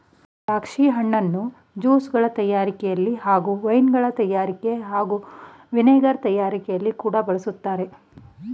ದ್ರಾಕ್ಷಿ ಹಣ್ಣನ್ನು ಜ್ಯೂಸ್ಗಳ ತಯಾರಿಕೆಲಿ ಹಾಗೂ ವೈನ್ಗಳ ತಯಾರಿಕೆ ಹಾಗೂ ವಿನೆಗರ್ ತಯಾರಿಕೆಲಿ ಕೂಡ ಬಳಸ್ತಾರೆ